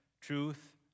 truth